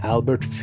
Albert